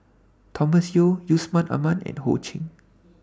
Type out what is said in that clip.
Thomas Yeo Yusman Aman and Ho Ching